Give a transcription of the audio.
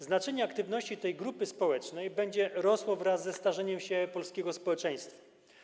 Znaczenie aktywności tej grupy społecznej będzie rosło wraz ze starzeniem się polskiego społeczeństwa.